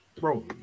Bro